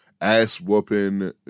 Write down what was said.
ass-whooping